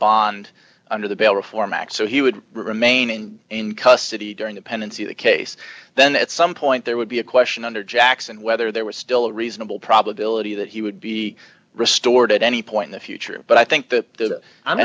bond under the bail reform act so he would remain in custody during the pendency the case then at some point there would be a question under jackson whether there was still a reasonable probability that he would be restored at any point in the future but i think that